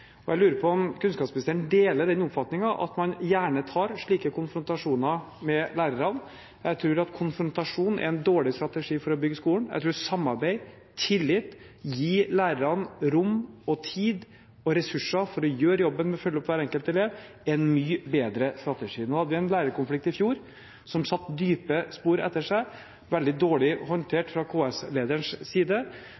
Jeg lurer på om kunnskapsministeren deler den oppfatningen at man gjerne tar slike konfrontasjoner med lærerne. Jeg tror at konfrontasjon er en dårlig strategi for å bygge skolen. Jeg tror samarbeid og tillit og å gi lærerne rom og tid og ressurser for å gjøre jobben med å følge opp hver enkelt elev er en mye bedre strategi. Nå hadde vi en lærerkonflikt i fjor som satte dype spor etter seg, veldig dårlig håndtert fra KS-lederens side.